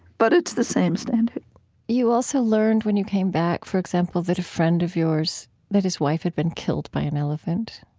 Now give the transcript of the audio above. but it's the same standard you also learned, when you came back, for example, that a friend of yours that his wife had been killed by an elephant,